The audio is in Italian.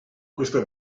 questa